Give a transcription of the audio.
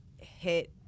hit